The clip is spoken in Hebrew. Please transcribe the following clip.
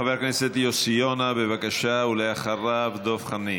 חבר הכנסת יוסי יונה, בבקשה, ואחריו, דב חנין,